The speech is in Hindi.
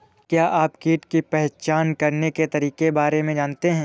क्या आप कीट की पहचान करने के तरीकों के बारे में जानते हैं?